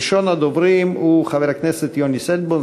ראשון הדוברים הוא חבר כנסת יוני שטבון,